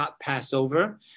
Passover